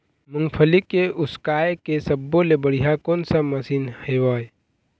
मूंगफली के उसकाय के सब्बो ले बढ़िया कोन सा मशीन हेवय?